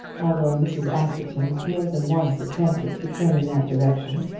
although mrs. askerton more than once attempted to turn in that direction.